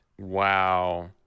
Wow